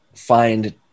find